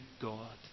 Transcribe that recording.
God